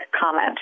Comment